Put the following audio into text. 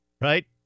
right